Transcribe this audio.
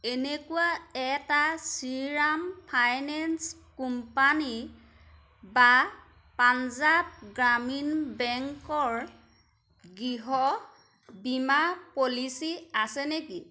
এনেকুৱা এটা Shriram finance company বা পাঞ্জাৱ গ্ৰামীণ বেংকৰ গৃহ বীমা পলিচী আছে নেকি